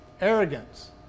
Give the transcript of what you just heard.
arrogance